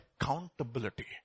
accountability